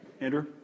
Andrew